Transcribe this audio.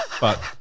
but-